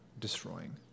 destroying